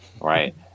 Right